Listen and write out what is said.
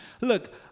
look